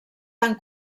tan